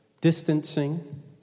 distancing